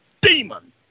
demon